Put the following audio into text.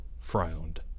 frowned